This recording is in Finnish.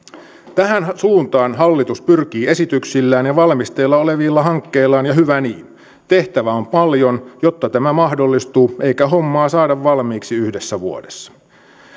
tähän suuntaan hallitus pyrkii esityksillään ja valmisteilla olevilla hankkeillaan ja hyvä niin tehtävää on paljon jotta tämä mahdollistuu eikä hommaa saada valmiiksi yhdessä vuodessa